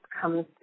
comes